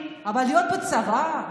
אבל להיות בצבא,